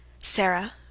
Sarah